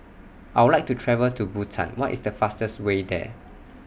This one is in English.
I Would like to travel to Bhutan What IS The fastest Way There